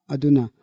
Aduna